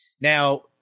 Now